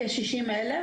כ-60,000.